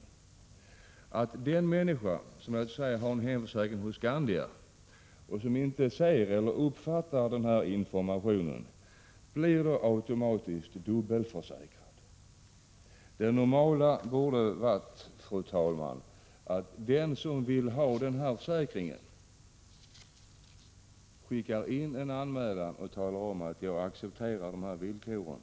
Risken är uppenbar att den människa som t.ex. har en hemförsäkring hos Skandia och som inte uppfattar informationen blir automatiskt dubbelförsäkrad. Det normala borde vara, fru talman, att den som vill ha försäkringen skickar in en anmälan och talar om att han accepterar villkoren.